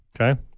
Okay